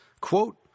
Quote